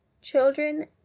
Children